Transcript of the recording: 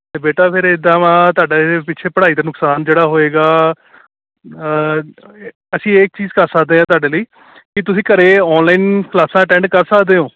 ਅਤੇ ਬੇਟਾ ਫੇਰ ਇੱਦਾਂ ਵਾ ਤੁਹਾਡਾ ਇਹਦੇ ਪਿੱਛੇ ਪੜ੍ਹਾਈ ਦਾ ਨੁਕਸਾਨ ਜਿਹੜਾ ਹੋਏਗਾ ਅਸੀਂ ਇਹ ਚੀਜ਼ ਕਰ ਸਕਦੇ ਹਾਂ ਤੁਹਾਡੇ ਲਈ ਕੀ ਤੁਸੀਂ ਘਰ ਔਨਲਾਈਨ ਕਲਾਸਾਂ ਅਟੈਂਡ ਕਰ ਸਕਦੇ ਹੋ